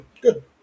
Good